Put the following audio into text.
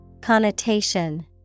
Connotation